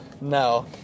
No